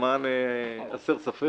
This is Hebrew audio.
למען הסר ספק.